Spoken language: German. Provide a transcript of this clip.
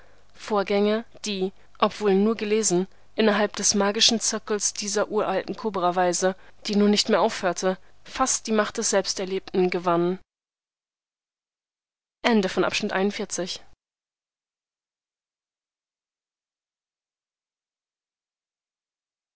vorgänge die obwohl nur gelesen innerhalb des magischen zirkels dieser uralten kobraweise die nun nicht mehr aufhörte fast die macht des selbsterlebten gewannen